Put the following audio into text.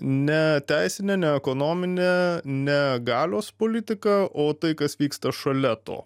ne teisinė ne ekonominė ne galios politika o tai kas vyksta šalia to